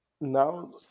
now